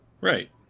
Right